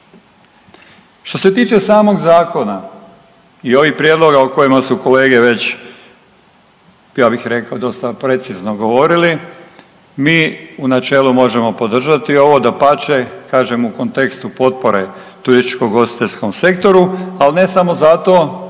Što se tiče samog zakona i ovih prijedloga o kojima su kolege već ja bih rekao dosta precizno govorili, mi u načelu možemo podržati ovo, dapače kažem u kontekstu potpore turističko ugostiteljskom sektoru, ali ne samo zato